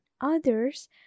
others